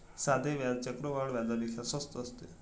साधे व्याज चक्रवाढ व्याजापेक्षा स्वस्त असते